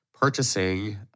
purchasing